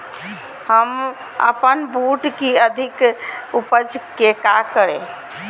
हम अपन बूट की अधिक उपज के क्या करे?